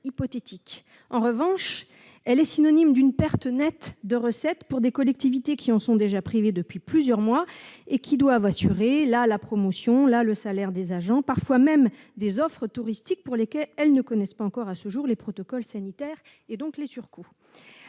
En revanche, c'est synonyme d'une perte nette de recettes pour des collectivités qui en sont déjà privées depuis plusieurs mois et qui doivent assurer, là, la promotion, là, le salaire des agents, parfois même des offres touristiques pour lesquelles elles ne connaissent pas encore à ce jour les protocoles sanitaires, donc les surcoûts.